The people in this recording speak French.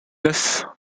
neuf